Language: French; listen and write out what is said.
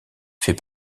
fait